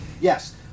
yes